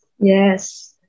yes